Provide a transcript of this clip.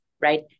right